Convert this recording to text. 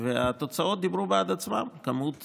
והתוצאות דיברו בעד עצמן: הכמות